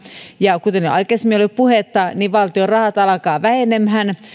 ja kuten jo aikaisemmin oli puhetta valtion rahat alkavat vähenemään